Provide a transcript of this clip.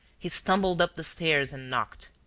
he stumbled up the stairs and knocked.